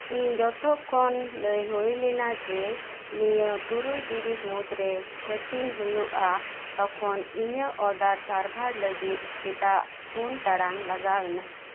ᱤᱧ ᱡᱷᱚᱛᱚ ᱠᱷᱚᱱ ᱞᱟᱹᱭ ᱦᱳᱭ ᱞᱮᱱᱟ ᱡᱮ ᱱᱤᱭᱟᱹ ᱛᱩᱨᱩᱭ ᱴᱤᱲᱤᱡ ᱢᱩᱫᱽᱨᱮ ᱦᱟᱴᱤᱧ ᱦᱳᱭᱳᱜᱼᱟ ᱛᱚᱠᱷᱚᱱ ᱤᱧᱟᱹᱜ ᱚᱨᱰᱟᱨ ᱥᱟᱨᱵᱷᱟᱨ ᱞᱟᱜᱤᱫ ᱪᱮᱫᱟᱜ ᱯᱳᱱ ᱴᱟᱲᱟᱝ ᱞᱟᱜᱟᱣ ᱮᱱᱟ